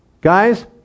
Guys